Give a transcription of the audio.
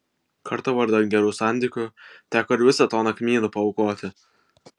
kartą vardan gerų santykių teko ir visą toną kmynų paaukoti